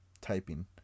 typing